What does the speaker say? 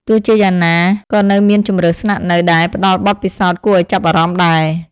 ទោះជាយ៉ាងណា ក៏នៅមានជម្រើសស្នាក់នៅដែលផ្ដល់បទពិសោធន៍គួរឱ្យចាប់អារម្មណ៍ដែរ។